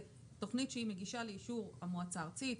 תוכנית שהיא מגישה לאישור המועצה הארצית.